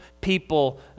people